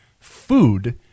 Food